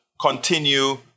continue